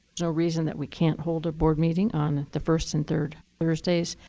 so reason that we can't hold a board meeting on the first and third thursdays.